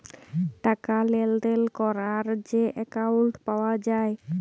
টাকা লেলদেল ক্যরার যে একাউল্ট পাউয়া যায়